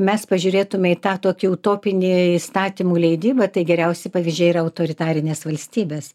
mes pažiūrėtume į tą tokį utopinį įstatymų leidybą tai geriausi pavyzdžiai yra autoritarinės valstybės